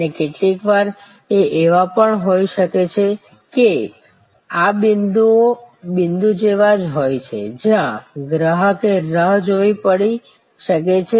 અને કેટલીકવાર એ એવા પણ હોય છે કે આ બિંદુઓ બિંદુ જેવા જ હોય છે જ્યાં ગ્રાહકે રાહ જોવી પડી શકે છે